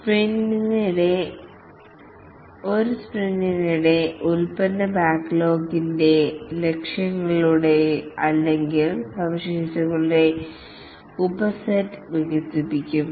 1 സ്പ്രിന്റിനിടെ പ്രോഡക്ട് ബാക്ക്ലോഗിന്റെ ലക്ഷ്യങ്ങളുടെ അല്ലെങ്കിൽ സവിശേഷതകളുടെ ഉപസെറ്റ് വികസിപ്പിക്കും